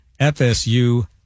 FSU